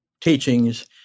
teachings